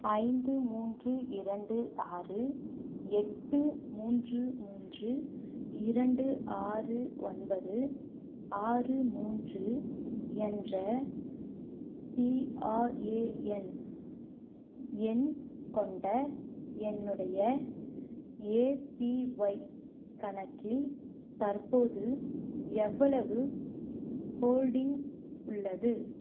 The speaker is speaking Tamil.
ஐந்து மூன்று இரண்டு ஆறு எட்டு மூன்று மூன்று இரண்டு ஆறு ஒன்பது ஆறு மூன்று என்ற பிஆர்ஏஎன் எண் கொண்ட என்னுடைய ஏபிஒய் கணக்கில் தற்போது எவ்வளவு ஹோல்டிங் உள்ளது